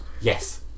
yes